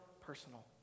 personal